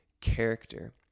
character